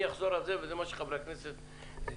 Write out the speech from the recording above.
אני אחזור על זה וזה מה שחברי הכנסת רוצים לברר.